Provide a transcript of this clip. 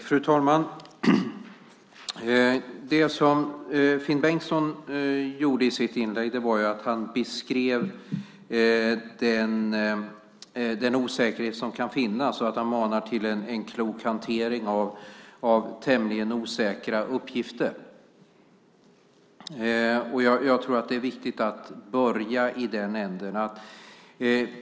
Fru talman! Det som Finn Bengtsson gjorde i sitt inlägg var att han beskrev den osäkerhet som kan finnas och manade till en klok hantering av tämligen osäkra uppgifter. Jag tror att det är viktigt att börja i den ändan.